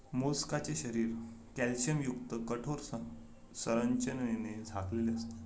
मोलस्काचे शरीर कॅल्शियमयुक्त कठोर संरचनेने झाकलेले असते